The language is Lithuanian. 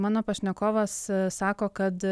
mano pašnekovas sako kad